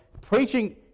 preaching